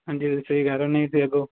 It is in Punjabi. ਹਾਂਜੀ ਤੁਸੀਂ ਸਹੀ ਕਹਿ ਰਹੇ ਨਹੀਂ ਤਾਂ ਅੱਗੋਂ